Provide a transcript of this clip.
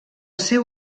seu